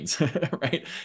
right